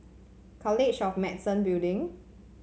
College of Medicine Building